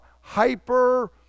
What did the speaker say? hyper